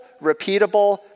repeatable